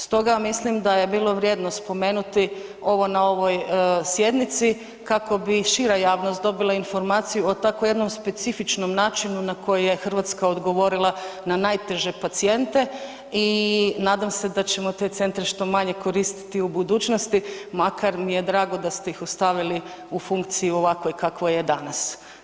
Stoga ja mislim da je bilo vrijedno spomenuti ovo na ovoj sjednici kako bi šira javnost dobila informaciju o tako jednom specifičnom načinu na koji je Hrvatska odgovorila na najteže pacijente i nadam se da ćemo te centre što manje koristiti u budućnosti, makar mi je drago da ste ih ostavili u funkciji u ovakvoj u kakvoj je danas.